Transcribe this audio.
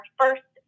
first